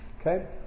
Okay